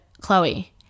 Chloe